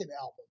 album